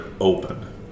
open